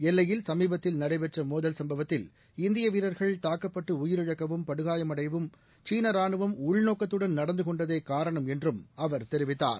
எல்லையில் சமீபத்தில் நடைபெற்ற மோதல் சும்பவத்தில் இந்திய வீரர்கள் தாக்கப்பட்டு உயிரிழக்கவும் படுகாயமடையவும் சீன ராணுவம் உள்நோக்கத்துடன் நடந்து கொண்டதே காரணம் என்றும் அவர் தெரிவித்தார்